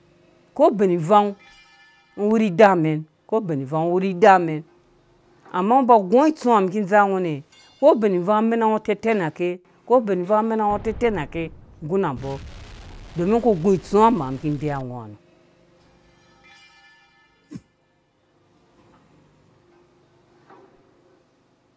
Ko bɛn vang ngɔ wurhi idaa amɛn ko bɛn ivang ngɔ wurhi idaa amɛn amma ngɔ ba gungɔ itsũwã miki dzaa ngɔmɛ ko bɛn ivang amɛnangɔ tɛtɛnake ko bɛn ivang amɛnangɔ tɛtɛnake ngguna mbɔ domin ngɔ ku gũ itsũwã mano mum ki deyiwa ngɔha nɔ.